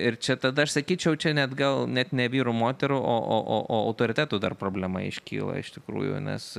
ir čia tada aš sakyčiau čia net gal net ne vyrų moterų o o o autoriteto dar problema iškyla iš tikrųjų nes